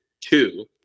two